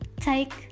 take